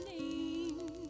morning